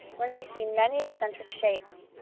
when we see many eccentric shapes,